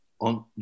on